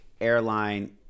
airline